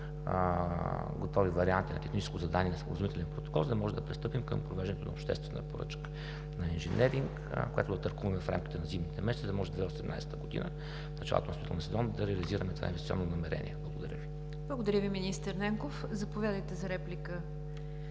готови варианти на техническо задание и на споразумителен контрол, за да може да пристъпим към провеждането на обществена поръчка на инженеринг, която да търгуваме в рамките на зимните месеци, за да може до 2018 г., в началото на строителния сезон, да реализираме това инвестиционно намерение. Благодаря Ви. ПРЕДСЕДАТЕЛ НИГЯР ДЖАФЕР: Благодаря Ви, министър Ненков. Заповядайте за реплика,